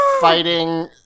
fighting